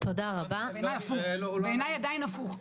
בעיני עדיין הפוך.